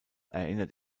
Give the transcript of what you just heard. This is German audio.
erinnert